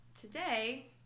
today